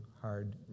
hard